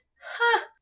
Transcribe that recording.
ha